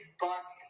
bust